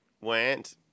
went